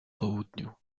południu